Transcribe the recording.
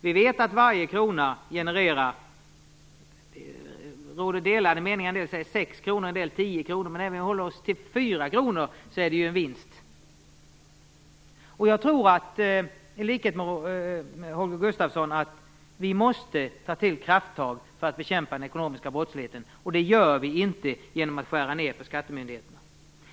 Vi vet att varje krona genererar, enligt somliga sex kronor enligt andra tio kronor. Det råder delade meningar om detta. Men även om vi håller oss till fyra kronor är det en visst. Jag tror, i likhet med Holger Gustafsson, att vi måste ta till krafttag för att bekämpa den ekonomiska brottsligheten. Det gör vi inte genom att skära ned på skattemyndigheterna.